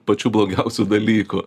pačių blogiausių dalykų